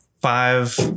five